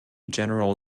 general